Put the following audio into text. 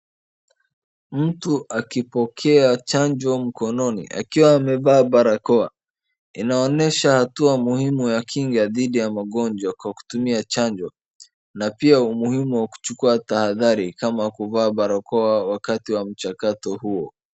Mtu akipokea chanjo mkononi akiwa amevaa barakoa, inaonyesha hatua muhimu ya kinga dhidi ya magonjwa kwa kutumia chanjo na pia umuhimu wa kuchukua tahadhari kama kuvaa barakoa wakati wa mchakato huo.